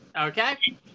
Okay